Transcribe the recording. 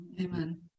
Amen